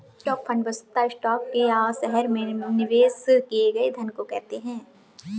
stock fund वस्तुतः stock या शहर में निवेश किए गए धन को कहते हैं